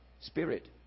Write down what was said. spirit